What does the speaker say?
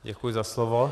Děkuji za slovo.